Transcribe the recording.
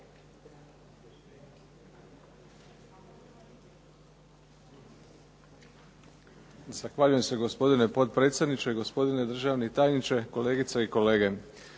Hvala vam,